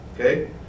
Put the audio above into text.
Okay